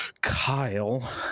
Kyle